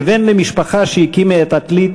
כבן למשפחה שהקימה את עתלית